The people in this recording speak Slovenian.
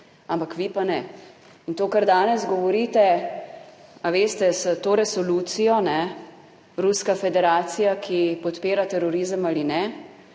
ampak vi pa ne. In to kar danes govorite, a veste, s to resolucijo, ne, Ruska federacija, ki podpira terorizem ali ne,